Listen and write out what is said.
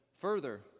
Further